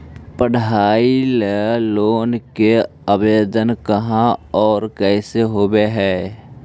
पढाई ल लोन के आवेदन कहा औ कैसे होब है?